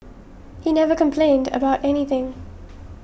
he never complained about anything